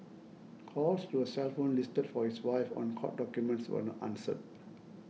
calls to a cell phone listed for his wife on court documents were not answered